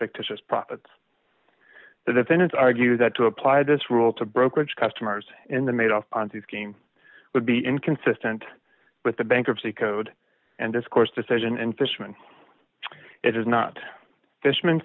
fictitious profits the defendants argued that to apply this rule to brokerage customers in the made on the scheme would be inconsistent with the bankruptcy code and discoursed decision and fishman it is not fish